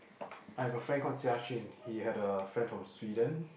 I have a friend call Jia Jun he had a friend from Sweden